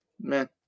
Man